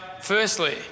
firstly